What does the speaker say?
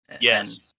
Yes